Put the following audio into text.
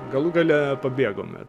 galų gale pabėgome